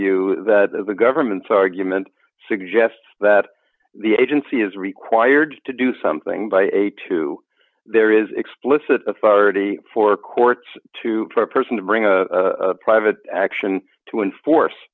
you that the government's argument suggests that the agency is required to do something by a two there is explicit authority for courts to for a person to bring up a private action to enforce